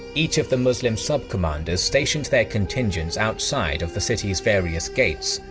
each of the muslim sub-commanders stationed their contingents outside of the city's various gates,